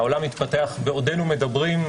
העולם מתפתח בעודנו מדברים,